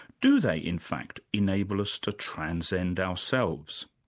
do they, in fact, enable us to transcend our selves?